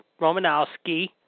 Romanowski